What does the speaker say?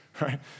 right